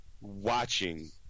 watching